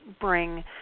bring